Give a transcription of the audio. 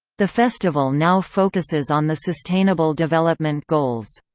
the festival now focuses on the sustainable development goals.